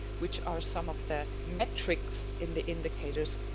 which are some of the metrics in the indicators.